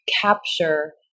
capture